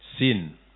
sin